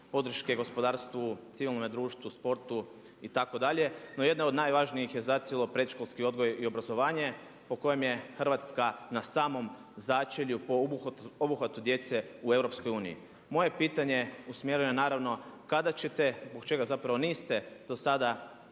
podrške gospodarstvu, civilnom društvu, sportu itd. no jedna od najvažnijih je zacijelo predškolski odgoj i obrazovanje po kojem je Hrvatska na samom začelju po obuhvate djece u EU. Moje pitanje usmjereno je naravno kada ćete zbog čega zapravo niste